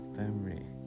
family